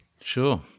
Sure